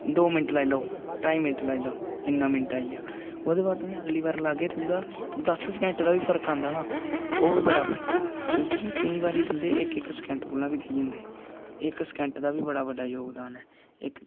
दो मिन्ट लाई लैओ ढाई मिन्ट लाई लैओ इ'न्ना मिन्ट आइया ओह्दे बाद तुसें अगली बार लागे तुं'दा दस सकैंट दा बी फर्क आंदा ना ते ओह् बी बड़ा फायदा ऐ क्योंकि केईं बारी बंदे इक इक सकैंट कोला बी रेही जंदे इक सकैंट दा बी बड़ा बड्डा जोगदान ऐ